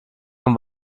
von